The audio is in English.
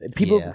People